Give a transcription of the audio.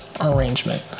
arrangement